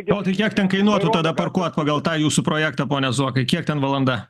o tai kiek ten kainuotų tada parkuot pagal tą jūsų projektą pone zuokai kiek ten valanda